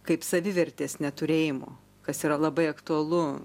kaip savivertės neturėjimo kas yra labai aktualu